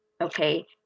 okay